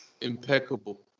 Impeccable